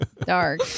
Dark